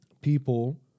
people